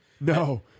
No